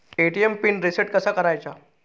ATM PIN reset कसा करायचा?